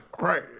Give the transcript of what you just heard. right